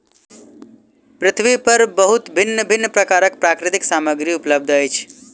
पृथ्वी पर बहुत भिन्न भिन्न प्रकारक प्राकृतिक सामग्री उपलब्ध अछि